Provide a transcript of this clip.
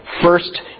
first